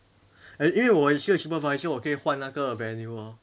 因为我是 supervisor 我可以换那个 venue lor